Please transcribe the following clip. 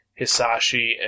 Hisashi